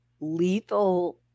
lethal